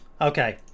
Okay